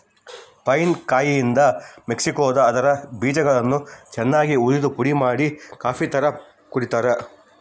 pine ಕಾಯಿಯಿಂದ ಮೆಕ್ಸಿಕೋದಾಗ ಅದರ ಬೀಜಗಳನ್ನು ಚನ್ನಾಗಿ ಉರಿದುಪುಡಿಮಾಡಿ ಕಾಫಿತರ ಕುಡಿತಾರ